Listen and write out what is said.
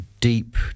deep